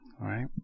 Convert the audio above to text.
right